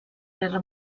guerra